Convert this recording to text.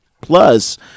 Plus